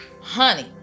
honey